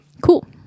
Cool